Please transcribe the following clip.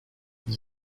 nie